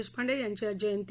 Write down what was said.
देशपांडे यांची आज जयंती